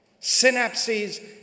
Synapses